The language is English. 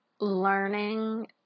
Learning